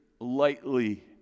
lightly